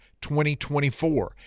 2024